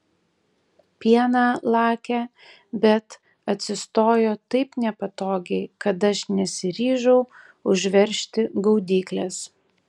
pieną lakė bet atsistojo taip nepatogiai kad aš nesiryžau užveržti gaudyklės